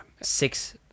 six